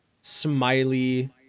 Smiley